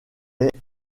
est